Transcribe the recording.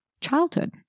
childhood